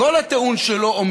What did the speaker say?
הוא, כל הטיעון שלו,